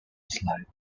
slide